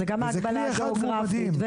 זה גם ההגבלה הגיאוגרפית,